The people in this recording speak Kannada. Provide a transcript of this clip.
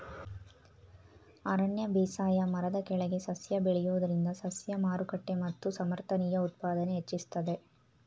ಅರಣ್ಯ ಬೇಸಾಯ ಮರದ ಕೆಳಗೆ ಸಸ್ಯ ಬೆಳೆಯೋದ್ರಿಂದ ಸಸ್ಯ ಮಾರುಕಟ್ಟೆ ಮತ್ತು ಸಮರ್ಥನೀಯ ಉತ್ಪಾದನೆ ಹೆಚ್ಚಿಸ್ತದೆ